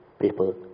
people